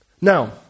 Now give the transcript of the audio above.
Now